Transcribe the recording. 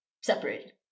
separated